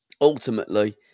Ultimately